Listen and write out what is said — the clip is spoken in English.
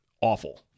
awful